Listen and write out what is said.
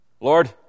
Lord